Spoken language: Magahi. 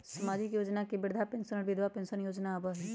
सामाजिक योजना में वृद्धा पेंसन और विधवा पेंसन योजना आबह ई?